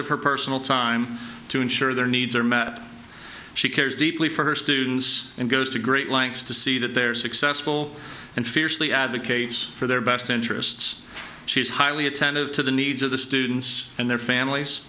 of her personal time to ensure their needs are met she cares deeply for her students and goes to great lengths to see that they're successful and fiercely advocates for their best interests she is highly attentive to the needs of the students and their families